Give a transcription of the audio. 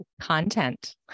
Content